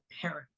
parent